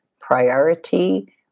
priority